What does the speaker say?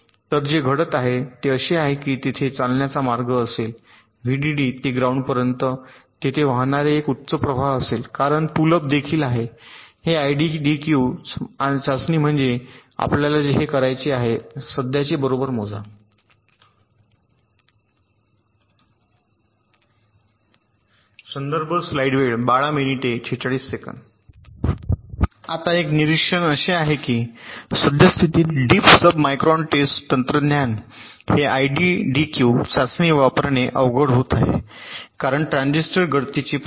तर जे घडत आहे ते असे आहे की तेथे चालण्याचा मार्ग असेल हे व्हीडीडी ते ग्राउंड पर्यंत तेथे वाहणारे एक उच्च प्रवाह असेल कारण पुल अप देखील आहे आयडीडीक्यू चाचणी म्हणजेच आपल्याला हे करायचे आहे सध्याचे बरोबर मोजा आता एक निरीक्षण असे आहे की सद्यस्थितीत डीप सब मायक्रॉन टेस्ट तंत्रज्ञान हे आयडीडीक्यू चाचणी वापरणे अवघड होत आहे कारण ट्रान्झिस्टर गळतीचे प्रवाह